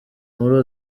muri